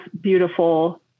beautiful